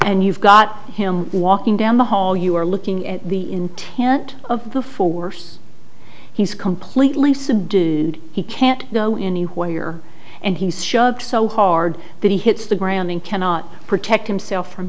and you've got him walking down the hall you are looking at the intent of the force he's completely subdued he can't go anywhere and he's shoved so hard that he hits the ground and cannot protect himself from